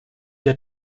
der